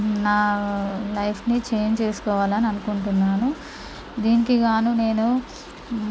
నా లైఫ్ని చేంజ్ చేసుకోవాలని అనుకుంటున్నాను దీనికి గాను నేను